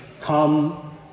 come